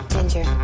Ginger